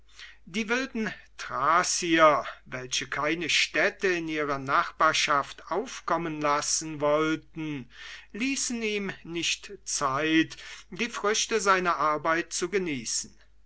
die wilden thracier welche keine städte in ihrer nachbarschaft aufkommen lassen wollten ließen ihm nicht zeit die früchte seiner arbeit zu genießen